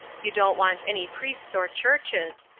you don't want any priests or churches.